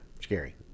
Scary